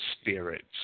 spirits